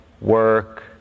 work